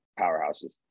powerhouses